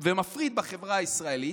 ומפריד את החברה הישראלית,